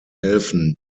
helfen